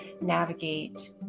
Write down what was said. navigate